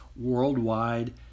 worldwide